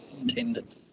intended